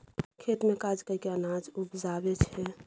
खेत मे काज कय केँ अनाज उपजाबै छै